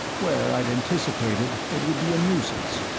where i'd anticipated it would be a nuisance.